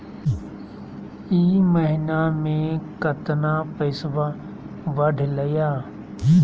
ई महीना मे कतना पैसवा बढ़लेया?